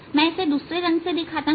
मैं इसे दूसरे रंग से दिखाता हूं